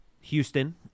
Houston